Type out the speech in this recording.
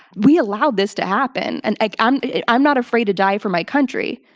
we allowed this to happen, and like i'm i'm not afraid to die for my country.